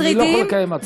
מטרידים,